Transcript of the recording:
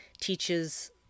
teaches